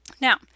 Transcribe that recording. now